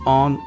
on